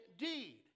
indeed